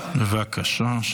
בבקשה.